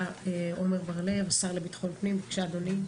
עמר בר לב, השר לביטחון פנים, בבקשה אדוני.